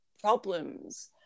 problems